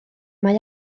mae